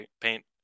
paint